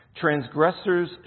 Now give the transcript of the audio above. Transgressors